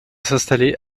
s’installer